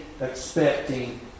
expecting